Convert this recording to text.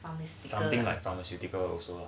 something like pharmaceuticals also